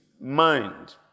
mind